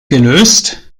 gelöst